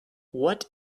what